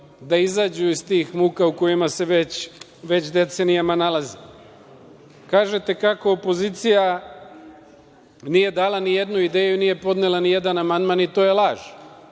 da izađu iz tih muka u kojima su već decenijama nalaze. Kažete kako opozicija nije dala ni jednu ideju, nije podnela ni jedan amandman i to je laž.